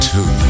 Two